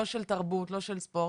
לא של תרבות ולא של ספורט.